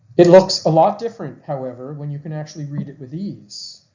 it looks a lot different however when you can actually read it with ease.